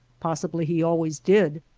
possibly he always did.